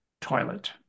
toilet